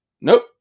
Nope